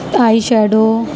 eye shadow